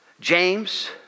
James